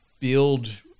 build